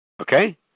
Okay